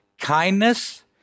kindness